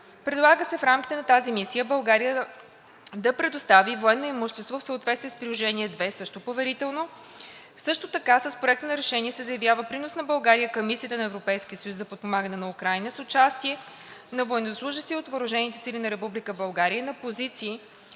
Предлага се в рамките на тази мисия България да предостави военно имущество в съответствие с Приложение № 2 (поверително). Също така с Проекта на решение се заявява принос на България към Мисията на Европейския съюз за подпомагане на Украйна с участие на военнослужещи от въоръжените сили на Република България на позиции